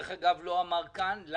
למה?